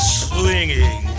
swinging